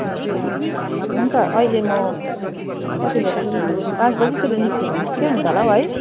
ए हुन्छ अहिले म कतिबेला अब पाँच बजेतिर निस्क्यो भने ठिकै हुन्छ होला हौ है